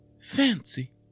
fancy